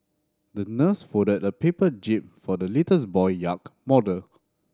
the nurse folded a paper jib for the little boy yacht model